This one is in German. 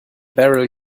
barrel